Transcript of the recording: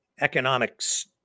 economics